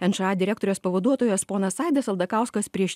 nša direktorės pavaduotojas ponas aidas aldakauskas prieš